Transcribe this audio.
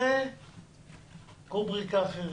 זה רובריקה אחרת.